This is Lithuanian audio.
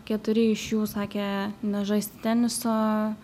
keturi iš jų sakė nežaist teniso